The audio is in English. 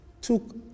took